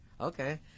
Okay